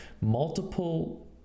multiple